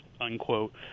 unquote